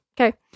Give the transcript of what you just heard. okay